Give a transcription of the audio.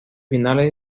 finales